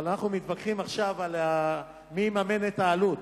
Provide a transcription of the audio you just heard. אבל אנחנו מתווכחים עכשיו מי יממן את העלות.